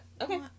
Okay